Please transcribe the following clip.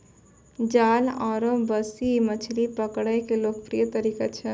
जाल आरो बंसी मछली पकड़ै के लोकप्रिय तरीका छै